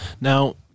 now